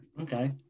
Okay